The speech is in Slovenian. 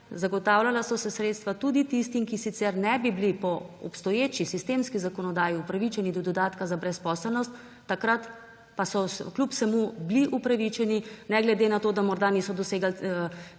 zagotavljala so se sredstva tudi tistim, ki po obstoječi sistemski zakonodaji sicer ne bi bili upravičeni do dodatka za brezposelnost, takrat pa so kljub vsemu bili upravičeni ne glede na to, da morda niso dosegli